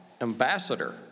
ambassador